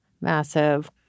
massive